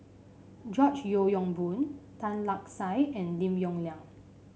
George Yeo Yong Boon Tan Lark Sye and Lim Yong Liang